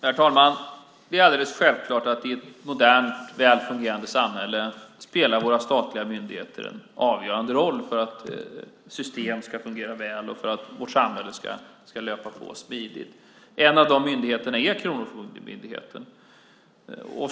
Herr talman! Det är alldeles självklart att våra statliga myndigheter i ett modernt väl fungerande samhälle spelar en avgörande roll för att system ska fungera väl och för att vårt samhälle ska löpa på smidigt. En av de myndigheterna är Kronofogdemyndigheten.